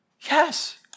Yes